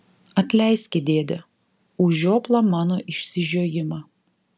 atleiski dėde už žioplą mano išsižiojimą